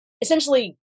essentially